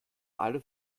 alle